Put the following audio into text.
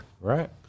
Right